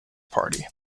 party